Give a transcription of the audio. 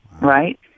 right